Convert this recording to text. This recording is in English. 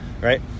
right